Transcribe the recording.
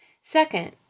Second